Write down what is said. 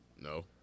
No